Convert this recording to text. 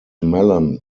melon